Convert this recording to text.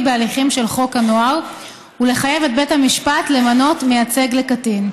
בהליכים של חוק הנוער ולחייב את בית המשפט למנות מייצג לקטין.